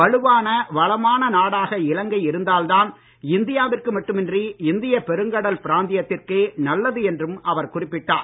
வலுவான வளமான நாடாக இலங்கை இருந்தால் தான் இந்தியாவிற்கு மட்டுமின்றி இந்தியப் பெருங்கடல் பிராந்தியத்திற்கே நல்லது என்றும் அவர் குறிப்பிட்டார்